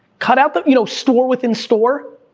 cut out the, you know, store-within-store?